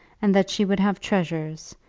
and that she would have treasures,